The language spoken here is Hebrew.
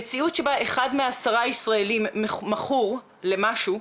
במציאות שבה אחד מעשרה ישראלים מכור למשהו,